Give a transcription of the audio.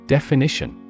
Definition